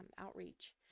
outreach